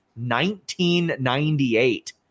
1998